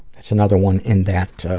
it's another one in that ah,